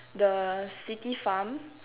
the city farm